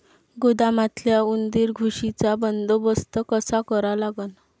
गोदामातल्या उंदीर, घुशीचा बंदोबस्त कसा करा लागन?